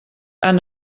han